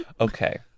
okay